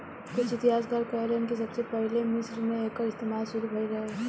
कुछ इतिहासकार कहेलेन कि सबसे पहिले मिस्र मे एकर इस्तमाल शुरू भईल रहे